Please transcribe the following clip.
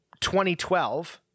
2012